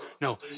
No